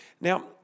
Now